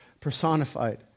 personified